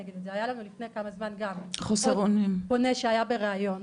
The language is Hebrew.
היה לנו לפני כמה זמן פונה שהיה בריאיון